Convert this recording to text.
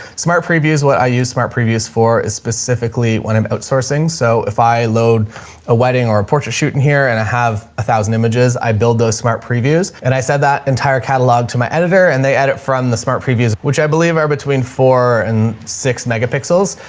smart previews. what i use smart previews for is specifically when i'm outsourcing. so if i load a wedding or a portrait shoot in here and i have a thousand images, i build those smart previews and i said that entire catalog to my editor and they edit from the smart previous, which i believe are between four and six megapixels.